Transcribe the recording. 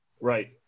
right